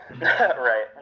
Right